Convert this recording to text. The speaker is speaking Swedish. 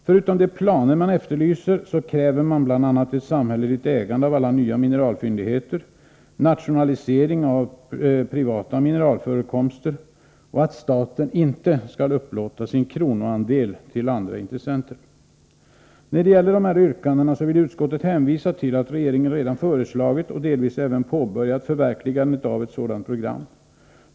Förutom de planer man efterlyser kräver man bl.a. ett samhälleligt ägande av alla nya mineralfyndigheter, nationalisering av privata mineralförekomster och att staten inte skall upplåta sin kronoandel till andra intressenter. När det gäller dessa yrkanden vill utskottet hänvisa till att regeringen redan föreslagit och delvis även påbörjat förverkligandet av ett sådant program.